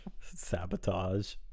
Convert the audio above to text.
Sabotage